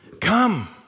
come